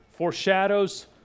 foreshadows